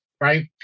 right